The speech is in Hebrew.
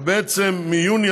ובעצם מיוני